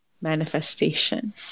manifestation